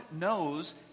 knows